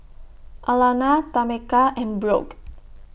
Alanna Tameka and Brooke